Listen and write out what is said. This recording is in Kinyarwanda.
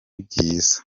byiza